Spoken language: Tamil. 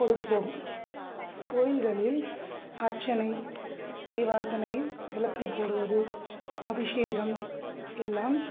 கொடுப்போம் கோயிகளில் அர்ச்சனை தீவார்த்தனை விளக்கு போடுவது அபிஷேகம் எல்லாம்